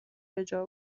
بجا